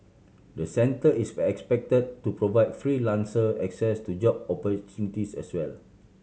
the centre is expected to provide freelancer access to job opportunities as well